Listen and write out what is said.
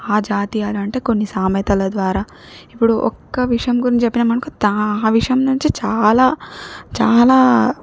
ఆ జాతీయాలు అంటే కొన్ని సామెతల ద్వారా ఇప్పుడు ఒక్క విషయం గురించి చెప్పినాం అనుకో దా ఆ విషయం నుంచి చాలా చాలా